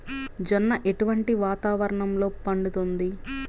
జొన్న ఎటువంటి వాతావరణంలో పండుతుంది?